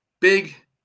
big